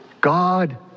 God